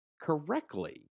correctly